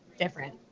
different